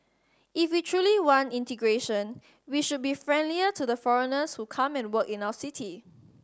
if we truly want integration we should be friendlier to the foreigners who come and work in our city